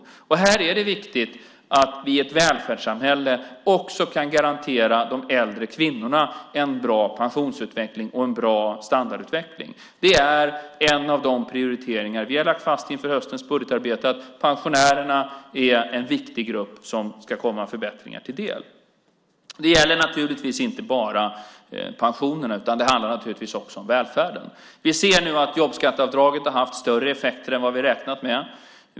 Här är det viktigt att vi i ett välfärdssamhälle också kan garantera de äldre kvinnorna en bra pensionsutveckling och en bra standardutveckling. Det är en av de prioriteringar vi har lagt fast inför höstens budgetarbete. Pensionärerna är en viktig grupp som förbättringar ska komma till del. Det gäller naturligtvis inte bara pensionerna, utan också välfärden. Jobbskatteavdraget har haft större effekter än vi har räknat med.